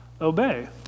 obey